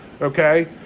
Okay